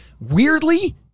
Weirdly